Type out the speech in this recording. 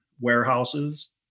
warehouses